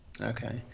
Okay